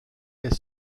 est